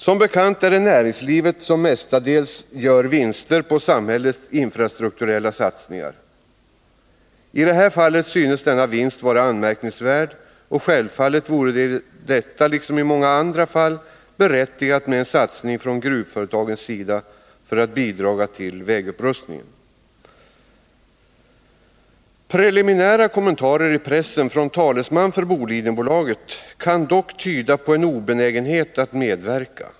Som bekant är det näringslivet som mestadels gör vinster på samhällets infrastrukturella satsningar. I detta fall synes denna vinst vara anmärkningsvärd, och självfallet vore det i detta, liksom i många andra fall, berättigat med en satsning från gruvföretagens sida på vägupprustningen. Preliminära kommentarer i pressen av talesmän för Bolidenbolaget kan dock tyda på en obenägenhet att medverka.